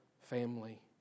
family